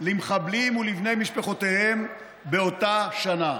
למחבלים ולבני משפחותיהם באותה שנה.